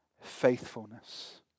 faithfulness